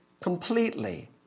completely